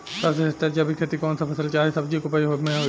सबसे सस्ता जैविक खेती कौन सा फसल चाहे सब्जी के उपज मे होई?